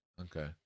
Okay